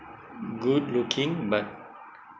good looking but